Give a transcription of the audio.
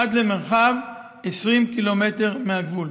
עד למרחב 20 קילומטר מהגבול.